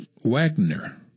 Wagner